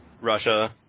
Russia